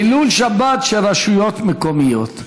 חילולי שבת של רשויות מקומיות.